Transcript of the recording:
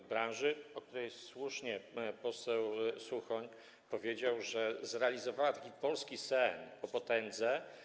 To branża, o której słusznie poseł Suchoń powiedział, że zrealizowała polski sen o potędze.